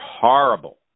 horrible